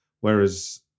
whereas